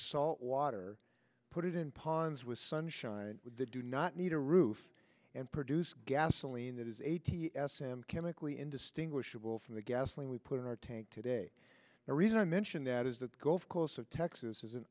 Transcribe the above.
salt water put it in ponds with sunshine do not need a roof and produce gasoline that is eighty s him chemically indistinguishable from the gasoline we put in our tank today the reason i mention that is that the gulf coast of texas is an